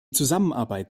zusammenarbeit